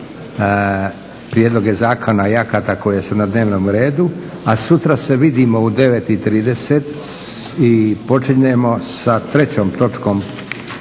prijedloge zakona i akata koje su na dnevnom redu, a sutra se vidimo u 9,30 i počinjemo sa trećom točkom